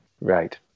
Right